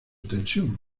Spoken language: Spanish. tensión